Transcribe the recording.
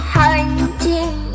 hunting